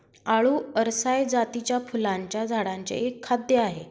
आळु अरसाय जातीच्या फुलांच्या झाडांचे एक खाद्य आहे